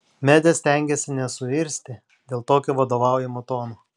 medė stengėsi nesuirzti dėl tokio vadovaujamo tono